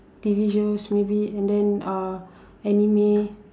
T_V shows maybe and then uh anime